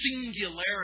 singularity